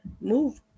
Move